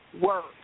work